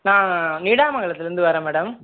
நான் நீடாமங்கலத்தில் இருந்து வரேன் மேடம்